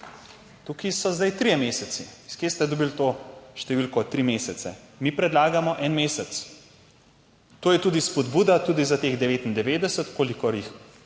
Tukaj so zdaj trije meseci. Iz kje ste dobili to številko tri mesece? Mi predlagamo en mesec. To je tudi spodbuda tudi za teh 99, kolikor jih